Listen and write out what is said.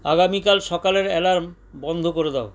আগামীকাল সকালের অ্যালার্ম বন্ধ করে দাও